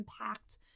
impact